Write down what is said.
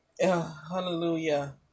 Hallelujah